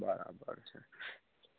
બરાબર છે